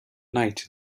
night